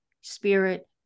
spirit